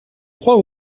crois